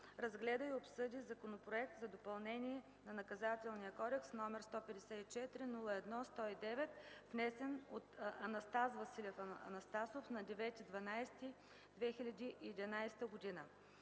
разгледа и обсъди Законопроект за допълнение на Наказателния кодекс, № 154-01-109,внесен от Анастас Василев Анастасов на 9 дек. 2011 г.